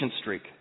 streak